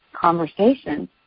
conversation